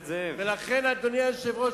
אדוני היושב-ראש,